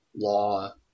law